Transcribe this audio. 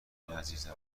عزیزم